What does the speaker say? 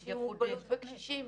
אנשים עם מוגבלות וקשישים.